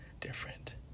different